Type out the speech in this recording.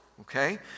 okay